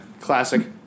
Classic